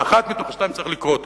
אבל אחד מהשניים צריך לקרות,